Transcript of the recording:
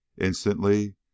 Instantly